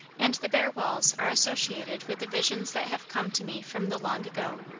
and the bare walls are associated with the visions that have come to me from the long-ago.